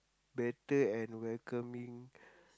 better and welcoming